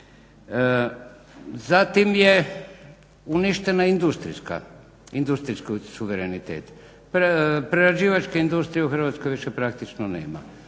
Zatim je uništena industrijski suverenitet, prerađivačke industrije u Hrvatskoj više praktično nema.